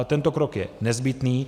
Tento krok je nezbytný.